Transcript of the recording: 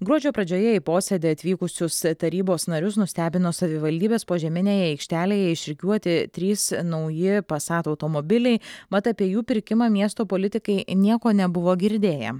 gruodžio pradžioje į posėdį atvykusius tarybos narius nustebino savivaldybės požeminėje aikštelėj išrikiuoti trys nauji pasat automobiliai mat apie jų pirkimą miesto politikai nieko nebuvo girdėję